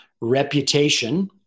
reputation